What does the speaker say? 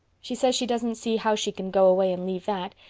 she says she doesn't see how she can go away and leave that.